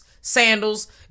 sandals